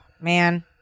man